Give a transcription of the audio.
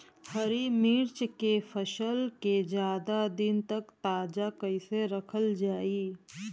हरि मिर्च के फसल के ज्यादा दिन तक ताजा कइसे रखल जाई?